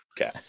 Okay